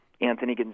Anthony